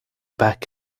back